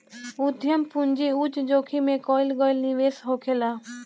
उद्यम पूंजी उच्च जोखिम में कईल गईल निवेश होखेला